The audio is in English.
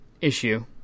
issue